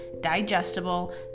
digestible